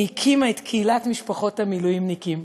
היא הקימה את קהילת משפחות המילואימניקים,